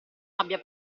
abbia